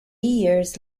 years